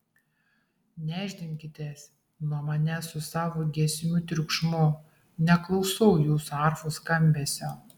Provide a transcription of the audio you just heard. nešdinkitės nuo manęs su savo giesmių triukšmu neklausau jūsų arfų skambesio